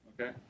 Okay